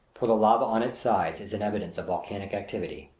for the lava on its sides is an evidence of volcanic activity.